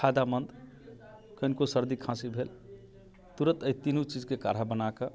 फायदामन्द कनिको सर्दी खाँसी भेल तुरत अइ तीनू चीजके काढ़ा बना कऽ